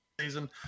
Season